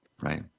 Right